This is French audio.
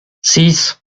six